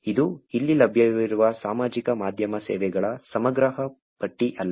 ಇದು ಅಲ್ಲಿ ಲಭ್ಯವಿರುವ ಸಾಮಾಜಿಕ ಮಾಧ್ಯಮ ಸೇವೆಗಳ ಸಮಗ್ರ ಪಟ್ಟಿ ಅಲ್ಲ